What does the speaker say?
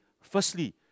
firstly